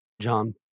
John